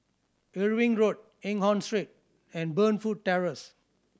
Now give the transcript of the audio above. Irving Road Eng Hoon Street and Burnfoot Terrace